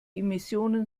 emissionen